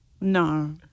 No